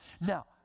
Now